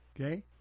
Okay